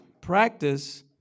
practice